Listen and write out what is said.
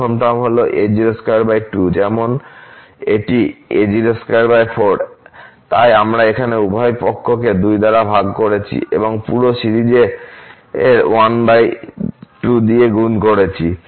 প্রথম টার্ম হল a022 যেমন এটি এটি a024 তাই আমরা এখানে উভয় পক্ষকে 2 দ্বারা ভাগ করেছি অথবা পুরো সিরিজের 12 দিয়ে গুণ করেছি